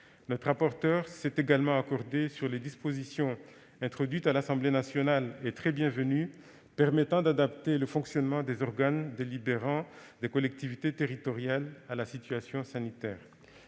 Notre rapporteur s'est également accordé sur les dispositions introduites à l'Assemblée nationale, tout à fait bienvenues, permettant d'adapter le fonctionnement des organes délibérants des collectivités territoriales à la situation sanitaire.